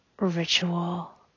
ritual